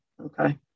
okay